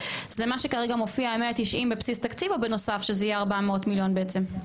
זה מה שכרגע מופיעה בבסיס התקציב או בנוסף שזה יהיה 400 מיליון בעצם?